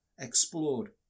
explored